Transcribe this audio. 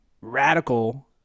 radical